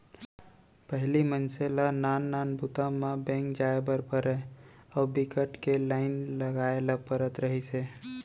पहिली मनसे ल नान नान बूता म बेंक जाए ल परय अउ बिकट के लाईन लगाए ल परत रहिस हे